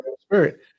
Spirit